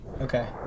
Okay